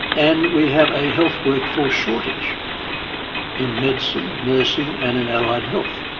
and we have a health workforce shortage in medicine, nursing and in allied health,